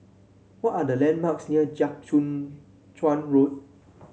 what are the landmarks near Jiak Chuan Road